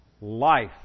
life